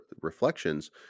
reflections